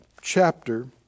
chapter